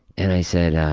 and i said